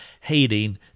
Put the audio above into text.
hating